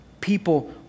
people